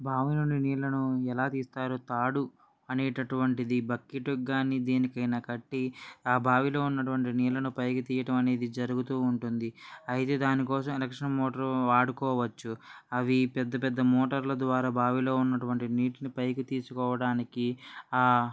బావి నుండి నీళ్ళను ఎలా తీస్తారు తాడు అనేటటువంటిది బకెట్కి కానీ దేనికైనా కట్టి ఆ బావిలో ఉన్నటువంటి నీళ్ళను పైకి తీయడం అనేది జరుగుతు ఉంటుంది అయితే దానికోసం ఇండక్షన్ మోటార్ వాడుకోవచ్చు అవి పెద్ద పెద్ద మోటార్ల ద్వారా బావిలో ఉన్నటువంటి నీటిని పైకి తీసుకోవడానికి ఆ